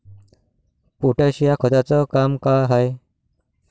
Potash या खताचं काम का हाय?